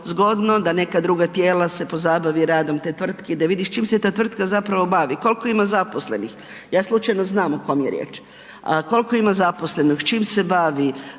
da neka druga tijela se pozabavi radom te tvrtke i da vidi s čim se ta tvrtka zapravo bavi, koliko ima zaposlenih. Ja slučajno znam o kome je riječ. Koliko ima zaposlenih, s čim se bavi,